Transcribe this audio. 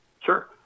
Sure